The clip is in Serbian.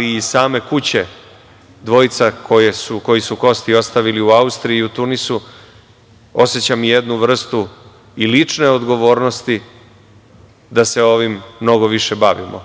i iz same kuće dvojica koji su kosti ostavili u Austriji i u Tunisu, osećam jednu vrstu i lične odgovornosti da se ovim mnogo više bavimo.